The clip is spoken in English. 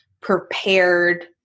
prepared